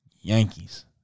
Yankees